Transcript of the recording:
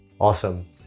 Awesome